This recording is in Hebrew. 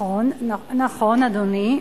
הסנאט, נכון, נכון.